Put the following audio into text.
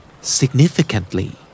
significantly